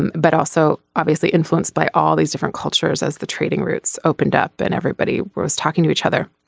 and but also obviously influenced by all these different cultures as the trading routes opened up and everybody was talking to each other